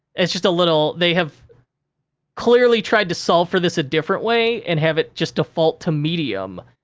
it's just a little, they have clearly tried to solve for this a different way and have it just default to medium.